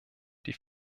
die